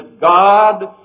God